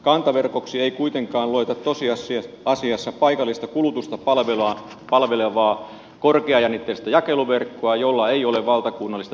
kantaverkoksi ei kuitenkaan lueta tosiasiassa paikallista kulutusta palvelevaa korkeajännitteistä jakeluverkkoa jolla ei ole valtakunnallista sähkön siirtotehtävää